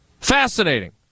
Fascinating